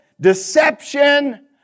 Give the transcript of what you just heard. deception